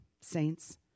saints